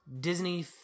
disney